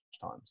times